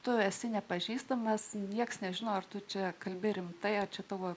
tu esi nepažįstamas niekas nežino ar tu čia kalbi rimtai ar čia tavo